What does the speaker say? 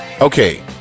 Okay